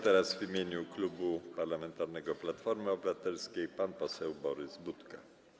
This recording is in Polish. Teraz w imieniu Klubu Parlamentarnego Platforma Obywatelska pan poseł Borys Budka.